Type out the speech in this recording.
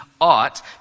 ought